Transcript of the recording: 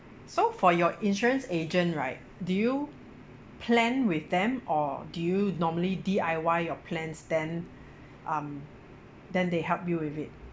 so for your insurance agent right do you plan with them or do you normally D_I_Y your plans then um then they help you with it